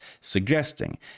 suggesting